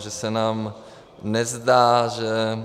Že se nám nezdá, že